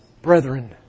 Brethren